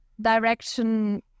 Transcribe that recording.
Direction